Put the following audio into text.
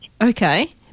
Okay